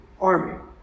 army